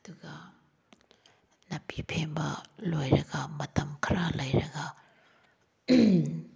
ꯑꯗꯨꯒ ꯅꯥꯄꯤ ꯄꯦꯡꯕ ꯂꯣꯏꯔꯒ ꯃꯇꯝ ꯈꯔ ꯂꯩꯔꯒ